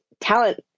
talent